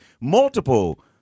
multiple